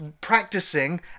practicing